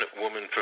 woman